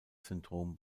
syndrom